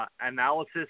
analysis